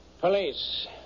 police